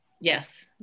Yes